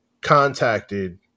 contacted